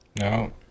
No